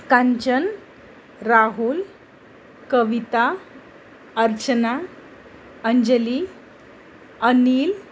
Kanchan Rahul Kavita Archana Anjali Anil